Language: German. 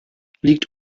liegt